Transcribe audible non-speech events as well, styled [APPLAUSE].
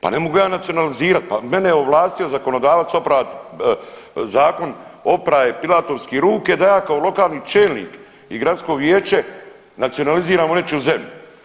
Pa ne mogu ja nacionalizirat, pa mene je ovlastio zakonodavac … [UNINTELLIGIBLE] zakon, opra je pilatovski ruke da ja kao lokalni čelnik i gradsko vijeće nacionaliziramo nečiju zemlju.